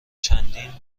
چندین